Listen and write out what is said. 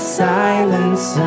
silence